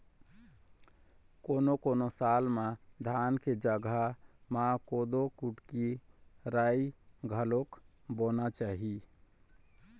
कोनों कोनों साल म धान के जघा म कोदो, कुटकी, राई घलोक बोना चाही